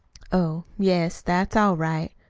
oh, yes, that's all right.